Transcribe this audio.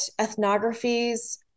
ethnographies